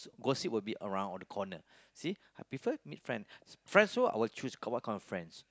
gossip will be around all the corner see I prefer to meet friend friends so I will choose what kind of friends